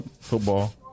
football